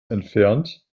entfernt